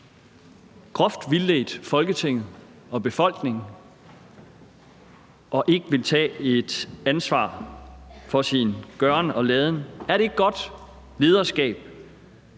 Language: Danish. har vildledt Folketinget og befolkningen groft og ikke vil tage ansvar for sin gøren og laden. Er det godt lederskab